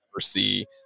see